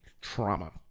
trauma